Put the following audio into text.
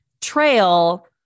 trail